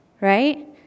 right